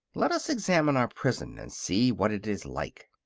let us examine our prison and see what it is like.